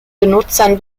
benutzern